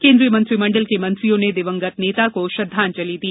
केन्द्रीय मंत्रिमंडल के मंत्रियों ने दिवंगत नेता को श्रद्वांजलि दी